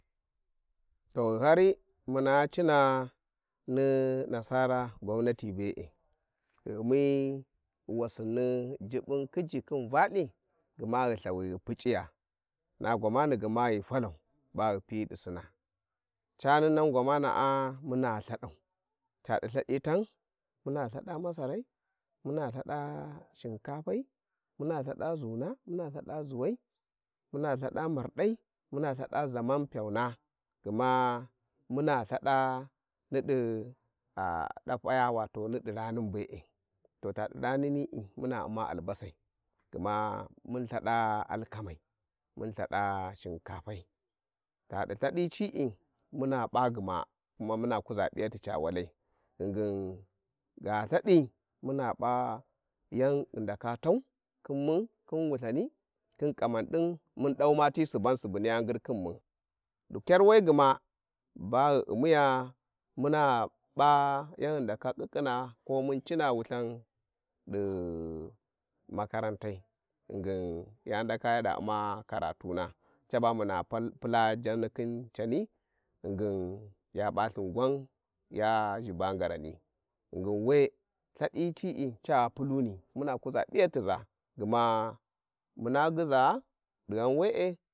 ﻿To ghi hari muna Cina ni nasara gwamnati be e ghi u'mi wassini jubbun khiji khin Valthi gma ghi Ithawi ghi puriya na gwaniani gma ghi talau ba ghi piyi di Sina Cani nan gwamana'a muna Ithadau Cadi lthadi tan muna Ithada masarai mura lthada Shinkafai, muna Ithada zuua, muna zuwaia muna lthada mardai muna Ithada zaman pyauna gma muna Ithada ni di- dafaya wato ni di ranin be'e, to ta di ranini'i muna u'ma albasai gma mun lthada alkamai, mun Ithada Shinkafar, tadi lthadi ci'i muna p'a gma kuma muna kuza pijati ca walai ghingin gha Ithadi muna p`a yan ghiddaka tau khin mun khin wulthani khin kaman dín, mandau mati suban subu niya ngìkhìn mun, di kyar we gma ba ghi u'miya muna, p'a yan ghi ndaka khi-khing ko mun Cina wulthan di makarantai ghingin ya ndaka ya da u'ma karatuna caba muna pul- pula jani khin cani ghingin ja p'allhin qwan ya ghiba ngarani ghingin we lthadi cí ca puluni muna kuza piyatiza gma muna gyizan dighan we`e.